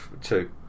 Two